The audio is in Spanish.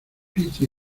piti